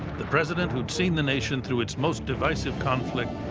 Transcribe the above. the president who had seen the nation through its most divisive conflict